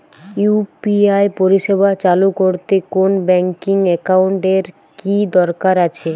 UPI পরিষেবা চালু করতে কোন ব্যকিং একাউন্ট এর কি দরকার আছে?